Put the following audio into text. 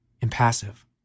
impassive